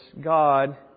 God